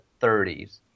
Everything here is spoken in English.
30s